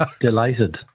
Delighted